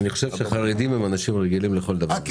אני חושב שחרדים הם אנשים רגילים לכל דבר.